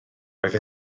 roedd